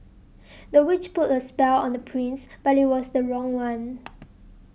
the witch put a spell on the prince but it was the wrong one